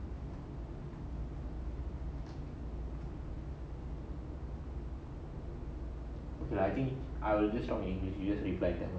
I think I will just talk in english you just reply in tamil